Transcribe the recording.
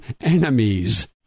enemies